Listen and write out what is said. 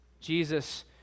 Jesus